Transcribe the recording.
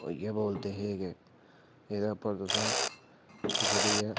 ओह् इ'यै बोलदे हे कि एह्दे पर तुसें जेह्ड़ी ऐ